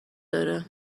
داره